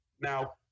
Now